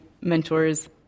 mentors